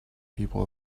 people